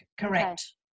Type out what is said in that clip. correct